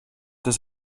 des